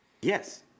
Yes